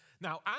Now